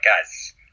guys